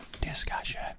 Discussion